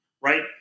right